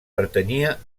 pertanyia